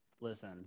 listen